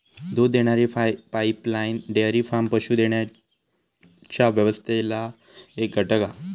दूध देणारी pipeline dairy farm पशू देण्याच्या व्यवस्थेतला एक घटक हा